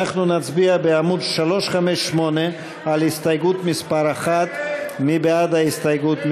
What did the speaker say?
אנחנו נצביע על הסתייגות מס' 1 בעמוד 358. מי בעד ההסתייגות?